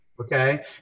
okay